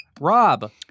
Rob